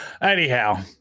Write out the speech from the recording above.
anyhow